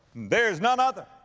there is none other.